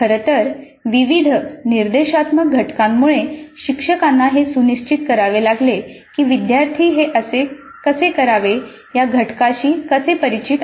खरं तर विविध निर्देशात्मक घटकांमुळे शिक्षकांना हे सुनिश्चित करावे लागेल की विद्यार्थी हे कसे करावे या घटकाशी कसे परिचित आहेत